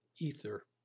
ether